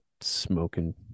smoking